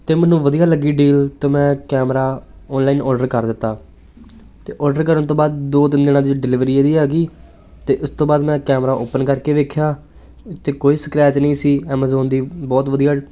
ਅਤੇ ਮੈਨੂੰ ਵਧੀਆ ਲੱਗੀ ਡੀਲ ਅਤੇ ਮੈਂ ਕੈਮਰਾ ਔਨਲਾਈਨ ਔਡਰ ਕਰ ਦਿੱਤਾ ਅਤੇ ਔਡਰ ਕਰਨ ਤੋਂ ਬਾਅਦ ਦੋ ਤਿੰਨ ਦਿਨਾਂ 'ਚ ਡਿਲੀਵਰੀ ਇਹਦੀ ਆ ਗਈ ਅਤੇ ਉਸ ਤੋਂ ਬਾਅਦ ਮੈਂ ਕੈਮਰਾ ਓਪਨ ਕਰਕੇ ਦੇਖਿਆ ਤਾਂ ਕੋਈ ਸਕ੍ਰੈਚ ਨਹੀਂ ਸੀ ਐਮਾਜ਼ੋਨ ਦੀ ਬਹੁਤ ਵਧੀਆ